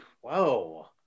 Whoa